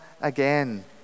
again